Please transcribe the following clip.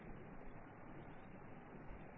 शब्दकोष